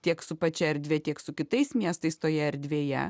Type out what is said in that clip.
tiek su pačia erdve tiek su kitais miestais toje erdvėje